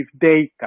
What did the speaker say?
data